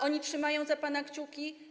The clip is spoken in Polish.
Oni trzymają za pana kciuki.